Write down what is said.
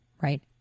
right